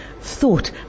thought